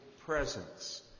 presence